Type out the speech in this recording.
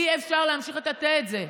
אי-אפשר להמשיך לטאטא את זה.